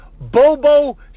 Bobo